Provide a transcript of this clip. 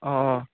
অঁ